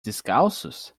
descalços